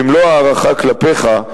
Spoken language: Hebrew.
במלוא הערכה כלפיך,